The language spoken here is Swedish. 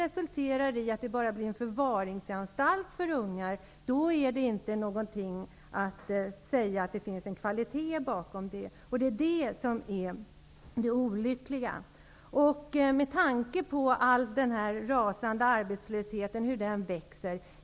Om denna bara blir en förvaringsanstalt för ungar, kan man inte säga att den ger någon kvalitet, och det är olyckligt. Arbetslösheten växer i rasande takt.